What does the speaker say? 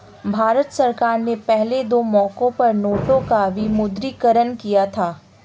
भारत सरकार ने पहले दो मौकों पर नोटों का विमुद्रीकरण किया था